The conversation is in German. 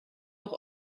doch